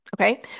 okay